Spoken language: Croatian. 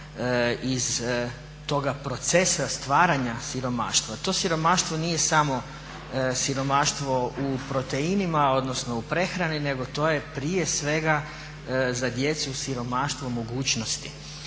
iz toga procesa stvaranja siromaštva. To siromaštvo nije samo siromaštvo u proteinima, odnosno u prehrani, nego to je prije svega za djecu siromaštvo mogućnosti